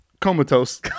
Comatose